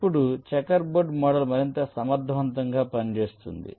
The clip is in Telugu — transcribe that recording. ఇప్పుడు చెకర్ బోర్డు మోడల్ మరింత సమర్థవంతంగా పనిచేస్తుంది